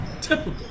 typical